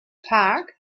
park